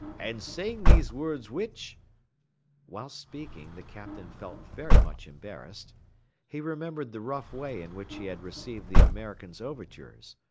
and saying these words which whilst speaking the captain felt very much embarrassed he remembered the rough way in which he had received the american's overtures,